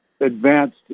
advanced